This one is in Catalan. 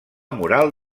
mural